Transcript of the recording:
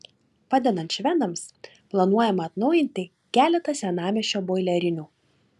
padedant švedams planuojama atnaujinti keletą senamiesčio boilerinių